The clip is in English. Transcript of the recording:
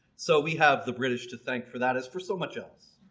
so we have the british to thank for that as for so much else.